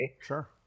Sure